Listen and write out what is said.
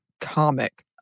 comic